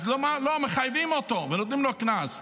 אז אומרים שמחייבים אותו ונותנים לו קנס.